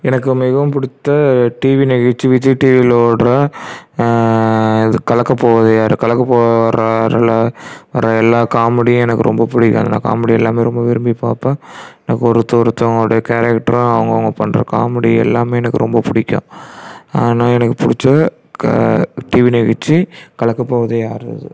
எனக்கு மிகவும் பிடித்த டிவி நிகழ்ச்சி விஜய் டிவியில் ஓடற இது கலக்கப்போவது யாரு கலக்கப் போவ வர்ற யாரில் வர எல்லா காமெடியும் எனக்கு ரொம்ப பிடிக்கும் எல்லா காமெடி எல்லாமே ரொம்ப விரும்பிப் பார்ப்பேன் எனக்கு ஒருத்த ஒருத்தங்களுடைய கேரக்டரும் அவங்க அவங்க பண்ணுற காமெடி எல்லாமே எனக்கு ரொம்ப பிடிக்கும் ஆனால் எனக்கு பிடித்த க டிவி நிகழ்ச்சி கலக்கப்போவது யாரு இது